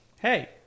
Hey